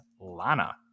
Lana